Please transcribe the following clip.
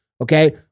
okay